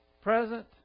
present